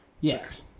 Yes